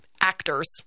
actors